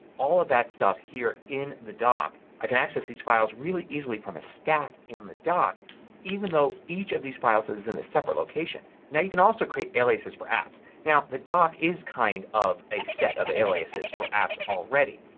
all of that stuff here in the dock. i can access these files really easily from a stack in the dock even though each of these files is in a separate location. now you can also create aliases for apps. now the dock is kind of a set of aliases for apps already.